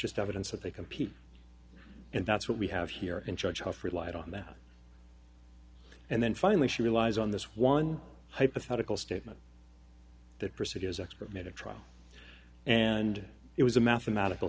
just evidence that they compete and that's what we have here in charge off relied on that and then finally she relies on this one hypothetical statement that perseveres expert made a trial and it was a mathematical